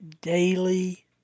daily